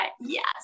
yes